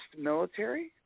military